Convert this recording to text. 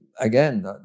Again